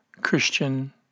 Christian